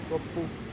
ಒಪ್ಪು